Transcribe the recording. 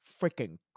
freaking